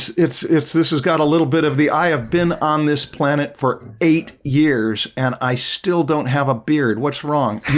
it's it's this has got a little bit of the i have been on this planet for eight years and i still don't have a beard. what's wrong?